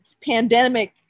pandemic